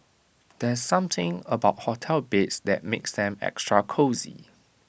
there's something about hotel beds that makes them extra cosy